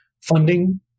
funding